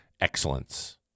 excellence